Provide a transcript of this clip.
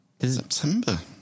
September